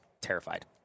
terrified